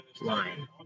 line